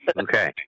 okay